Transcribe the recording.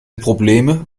probleme